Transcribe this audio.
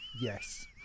Yes